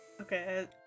Okay